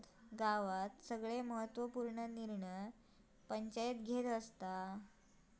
गावात सगळे महत्त्व पूर्ण निर्णय पंचायती घेतत